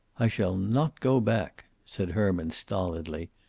i shall not go back, said herman stolidly,